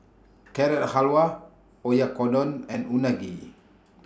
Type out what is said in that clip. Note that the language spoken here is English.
Carrot Halwa Oyakodon and Unagi